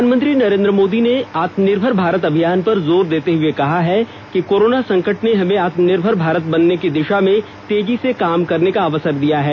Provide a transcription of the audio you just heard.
प्रधानमंत्री नरेंद्र मोदी ने आत्मनिर्भर भारत अभियान पर जोर देते हुए कहा है कि कोरोना संकट ने हमें आत्मनिर्भर भारत बनने की दिशा में तेजी से काम करने का अवसर दिया है